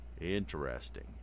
Interesting